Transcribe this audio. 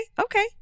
okay